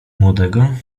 młodego